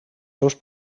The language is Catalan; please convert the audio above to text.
seus